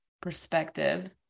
perspective